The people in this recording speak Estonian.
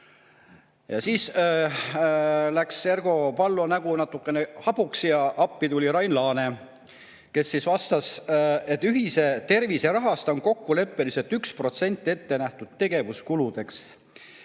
Siis läks Ergo Pallo nägu natukene hapuks ja appi tuli Rain Laane, kes vastas, et ühisest terviserahast on kokkuleppeliselt 1% ette nähtud tegevuskuludeks.